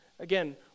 Again